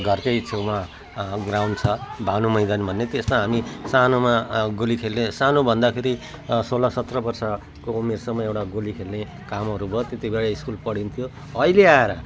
घरकै छेउमा ग्राउन्ड छ भानु मैदान भन्ने त्यसमा हामी सानोमा गोली खेल्ने सानो भन्दाखेरि सोह्र सत्र वर्षको उमेरसम्म एउटा गोली खेल्ने कामहरू भयो त्यति बेला स्कुल पढिन्थ्यो अहिले आएर